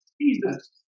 Jesus